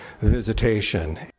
visitation